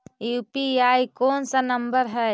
UPI कोन सा number हैं?